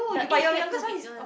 the age gap too big one